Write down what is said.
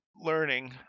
learning